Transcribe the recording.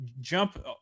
jump